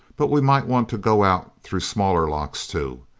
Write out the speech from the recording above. but we might want to go out through smaller locks too.